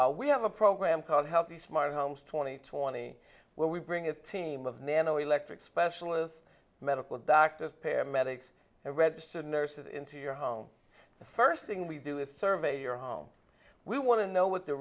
intro we have a program called healthy smart homes twenty twenty where we bring a team of nano electric specialists medical doctors paramedics registered nurses into your home the first thing we do is surveyor home we want to know what the